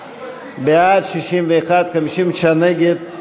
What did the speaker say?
בעד, 61, 59 נגד.